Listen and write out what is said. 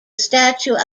statue